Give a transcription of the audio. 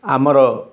ଆମର